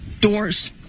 Doors